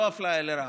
לא אפליה לרעה.